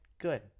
good